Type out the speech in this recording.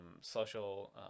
social